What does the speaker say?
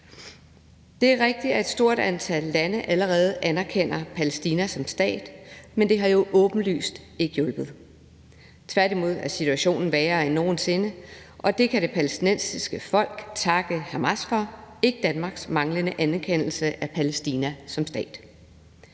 Det er rigtigt, at et stort antal lande allerede anerkender Palæstina som stat, men det har jo åbenlyst ikke hjulpet. Tværtimod er situationen værre end nogen sinde, og det kan det palæstinensiske folk takke Hamas for, ikke Danmarks manglende anerkendelse af Palæstina ...